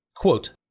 Quote